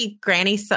Granny